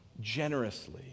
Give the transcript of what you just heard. generously